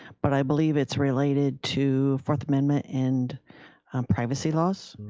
but i believe it's related to fourth amendment and um privacy laws.